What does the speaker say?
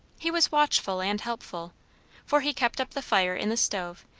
he was watchful and helpful for he kept up the fire in the stove,